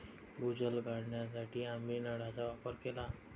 भूजल काढण्यासाठी आम्ही नळांचा वापर केला